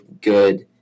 good